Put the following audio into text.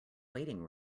waiting